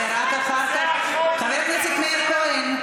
חבר הכנסת מאיר כהן,